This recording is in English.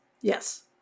yes